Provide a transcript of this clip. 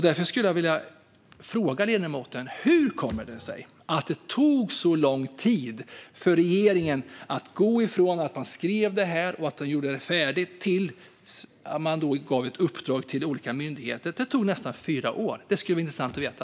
Därför skulle jag vilja fråga ledamoten: Hur kommer det sig att det tog så lång tid, nästan fyra år, för regeringen från att man skrev livsmedelsstrategin tills man gav ett uppdrag till olika myndigheter? Det skulle vara intressant att veta.